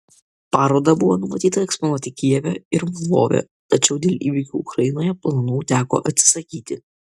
parodą buvo numatyta eksponuoti kijeve ir lvove tačiau dėl įvykių ukrainoje planų teko atsisakyti